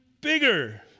bigger